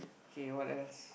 okay what else